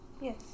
Yes